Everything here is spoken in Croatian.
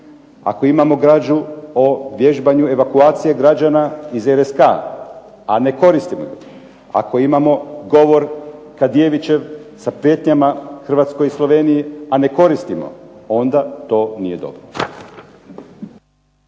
Ako imamo građu o vježbanju evakuacije građana iz RSK-a a ne koristimo ih. Ako imamo govor Kadijevićev sa prijetnjama Hrvatskoj i Sloveniji, a ne koristimo onda to nije dobro.